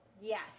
Yes